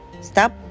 stop